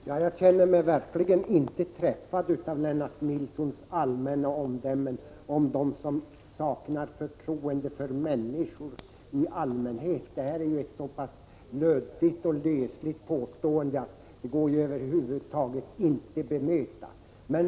Herr talman! Jag känner mig verkligen inte träffad av Lennart Nilssons allmänna omdöme om dem som saknar förtroende för människor i allmänhet. Det är ett så pass luddigt och lösligt påstående att det över huvud taget inte går att bemöta.